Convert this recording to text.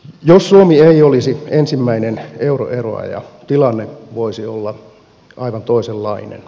jos suomi ei olisi ensimmäinen euroeroaja tilanne voisi olla aivan toisenlainen